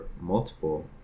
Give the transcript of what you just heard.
multiple